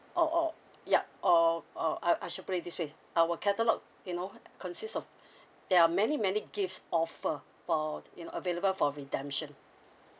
or or yup or or I I should put it this way our catalogue you know consist of there are many many gifts offer for you know available for redemption